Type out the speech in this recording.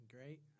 Great